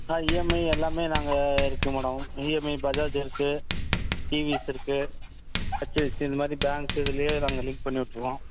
ஆ EMI எல்லாமே நாங்கள் இருக்கு மேடம் இஎம்ஐ பஜாஜ் இருக்கு டிவிஎஸ் இருக்கு ஹச்டிஎஃப்சி இந்த மாதிரி பேங்க் இதுலையே நாங்கள் லிங்க் பண்ணி விட்ருவோம்